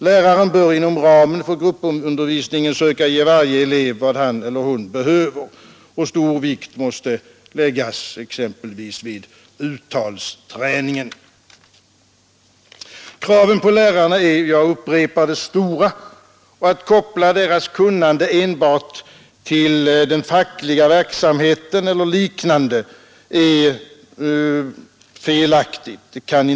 Läraren bör inom ramen för gruppundervisningen söka ge varje elev vad han eller hon behöver. Stor vikt måste läggas exempelvis vid uttalsträningen. Kraven på lärarna är — jag upprepar det — stora och att koppla deras kunnande enbart till den fackliga verksamheten eller liknande är felaktigt.